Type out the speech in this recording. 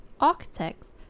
architects